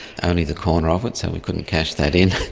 only the corner of it, so we couldn't cash that in.